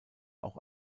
auch